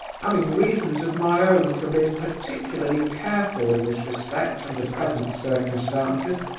having reasons of my own for being particularly careful in this respect under present circumstances.